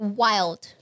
wild 。